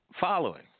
following